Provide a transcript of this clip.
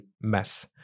mess